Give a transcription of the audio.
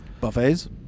Buffets